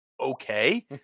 Okay